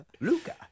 Luca